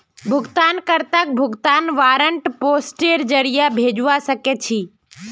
भुगतान कर्ताक भुगतान वारन्ट पोस्टेर जरीये भेजवा सके छी